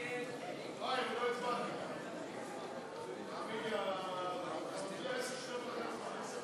של קבוצת סיעת יש עתיד לסעיף 1 לא נתקבלה.